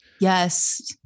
Yes